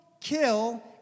kill